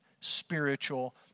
spiritual